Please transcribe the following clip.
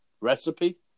recipe